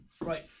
right